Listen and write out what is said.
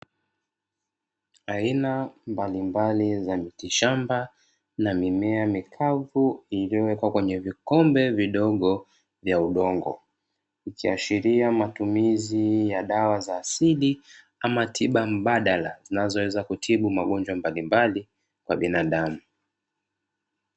Aina mbalimbali za mitishamba na mimea mikavu iliyowekwa kwenye vikombe vidogo vya udongo . Ikiashiria matumizi ya dawa za asili ama tiba mbadala zinazoweza kutibu magonjwa mbalimbali kwa binadamu.